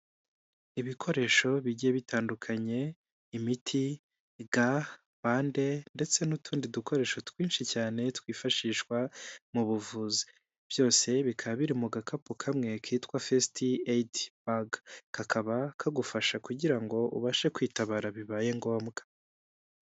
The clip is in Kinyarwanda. Ibikoresho bigiye bitandukanye, imiti, ga, bande, ndetse n'utundi dukoresho twinshi cyane, twifashishwa mu buvuzi. Byose bikaba biri mu gakapu kamwe kitwa fesiti eyidi baga. Kakaba kagufasha kugira ngo ubashe kwitabara bibaye ngombwa.